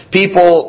people